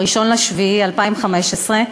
ב-1 ביולי 2015,